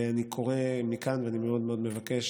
ואני קורא מכאן ואני מאוד מבקש: